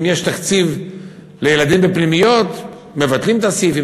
אם יש תקציב לילדים בפנימיות, מבטלים את הסעיף.